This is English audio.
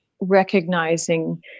recognizing